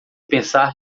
pensar